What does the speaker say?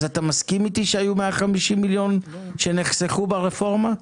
אז אתה מסכים איתי שהיו 150 מיליון שנחסכו ברפורמה?